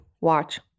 watch